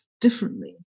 differently